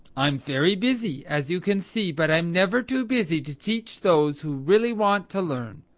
i'm very busy, as you can see, but i'm never too busy to teach those who really want to learn.